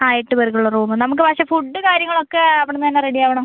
ആ എട്ട് പേർക്കുള്ള റൂമ് നമുക്ക് പക്ഷേ ഫുഡ് കാര്യങ്ങളൊക്കെ അവിടിന്നന്നെ റെഡി ആവണം